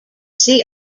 see